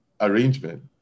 arrangement